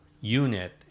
unit